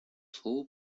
слово